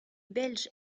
belges